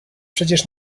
przecież